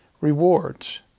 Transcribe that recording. rewards